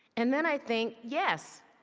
and then i think, yes,